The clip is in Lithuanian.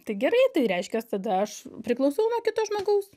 tai gerai tai reiškias tada aš priklausau nuo kito žmogaus